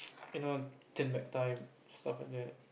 you know take back time stuff like that